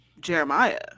Jeremiah